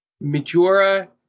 majora